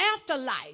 afterlife